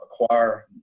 acquire